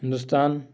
Hindustan